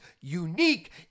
unique